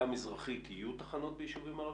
המזרחית יהיו תחנות בישובים ערביים?